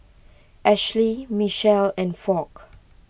Ashly Micheal and Foch